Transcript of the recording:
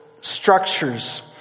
structures